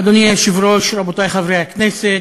אדוני היושב-ראש, רבותי חברי הכנסת,